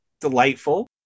delightful